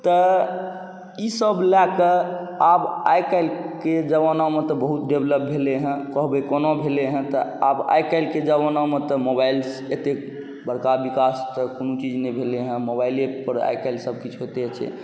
तऽ ईसब लऽ कऽ आब आइकाल्हिके जमानामे तऽ बहुत डेवलप भेलै हँ कहबै कोना भेलै हँ तऽ आब आइकाल्हिके जमानामे तऽ मोबाइल एतेक बड़का विकास तऽ कोनो चीज नहि भेलै हँ मोबाइलेपर आइकाल्हि सबकिछु होइते छै